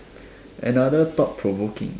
another thought provoking